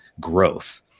growth